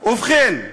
ובכן,